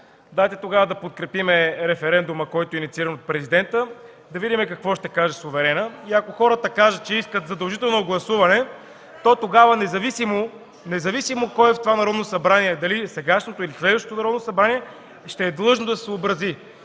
дайте тогава да подкрепим референдума, който е иницииран от Президента, да видим какво ще каже суверена и ако хората кажат, че искат задължително гласуване, то тогава независимо кое Народно събрание е – дали сегашното, или следващото, ще е длъжно да се съобрази.